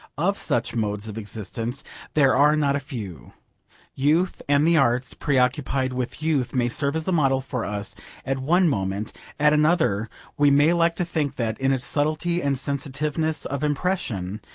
of such modes of existence there are not a few youth and the arts preoccupied with youth may serve as a model for us at one moment at another we may like to think that, in its subtlety and sensitiveness of impression,